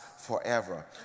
forever